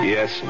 Yes